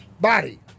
body